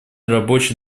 рабочий